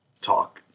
talk